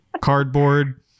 Cardboard